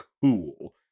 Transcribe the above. cool